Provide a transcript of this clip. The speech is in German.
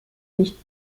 nicht